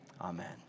amen